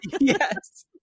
Yes